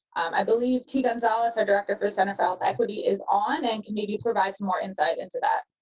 i believe t. gonzalez, our director for center filed equity, is on, and canadian provides more insight into that.